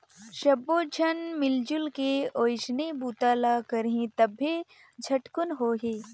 सब्बो झन मिलजुल के ओइसने बूता ल करही तभे झटकुन होही